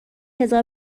هزار